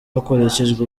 hakoreshejwe